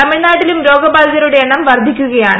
തമിഴ്നാട്ടിലും രോഗബാധിതരുടെ എണ്ണ്ട് വർദ്ധിക്കുകയാണ്